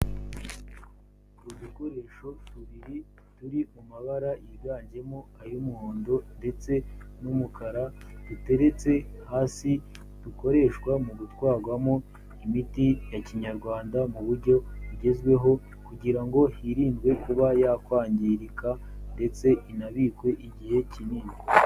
Udukoresho tubiri turi mu mabara yiganjemo ay'umuhondo ndetse n'umukara, duteretse hasi, dukoreshwa mu gutwarwamo imiti ya kinyarwanda mu buryo bugezweho kugira ngo hirindwe kuba yakwangirika ndetse inabikwe igihe kinini.